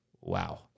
Wow